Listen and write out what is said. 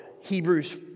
Hebrews